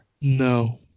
No